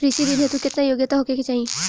कृषि ऋण हेतू केतना योग्यता होखे के चाहीं?